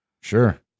Sure